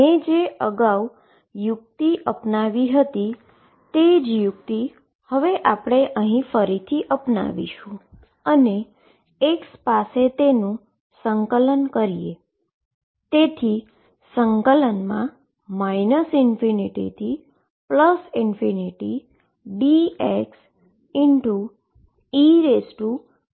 મે અગાઉ જે યુક્તિ અપનાવી હતી તે જ યુક્તિ હવે ફરીથી અપનાવીશુ અને x પાસે તેનુ ઈન્ટીગ્રેશન કરીએ